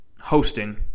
hosting